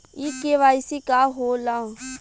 इ के.वाइ.सी का हो ला?